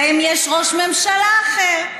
להם יש ראש ממשלה אחר,